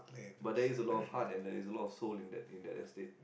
but there is a lot of heart and there is a lot of soul in that in that estate